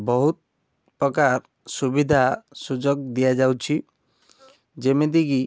ବହୁତ ପ୍ରକାର ସୁବିଧା ସୁଯୋଗ ଦିଆଯାଉଛି ଯେମିତି କି